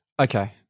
Okay